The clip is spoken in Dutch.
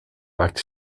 maakt